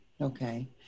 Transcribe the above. okay